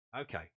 okay